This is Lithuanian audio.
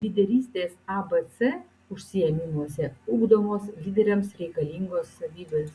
lyderystės abc užsiėmimuose ugdomos lyderiams reikalingos savybės